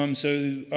um so,